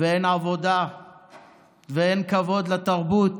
ואין עבודה ואין כבוד לתרבות.